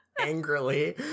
Angrily